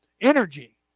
energy